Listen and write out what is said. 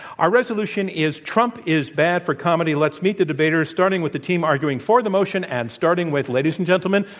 our resolution is, trump is bad for comedy. let's meet the debaters, starting with the team arguing for the motion and starting with, ladies and gentlemen,